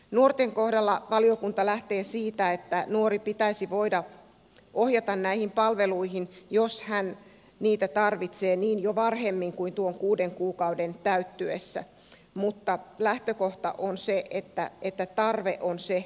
nuorten kohdalla valiokunta lähtee siitä että nuori pitäisi voida ohjata näihin palveluihin jos hän niitä tarvitsee jo varhemmin kuin tuon kuuden kuukauden täyttyessä mutta lähtökohta on se että tarve on se joka ratkaisee